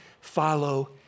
follow